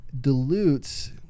dilutes